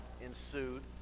ensued